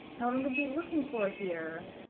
now what i'm going to be looking for here,